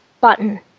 button